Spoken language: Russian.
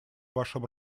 вашем